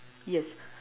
yes